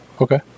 okay